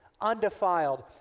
undefiled